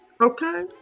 Okay